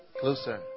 Closer